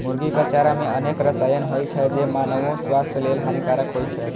मुर्गीक चारा मे अनेक रसायन होइ छै, जे मानवो स्वास्थ्य लेल हानिकारक होइ छै